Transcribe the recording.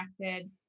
connected